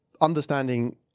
Understanding